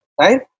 right